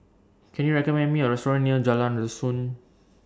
Can YOU recommend Me A Restaurant near Jalan Dusun